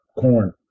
corn